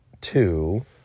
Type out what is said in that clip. two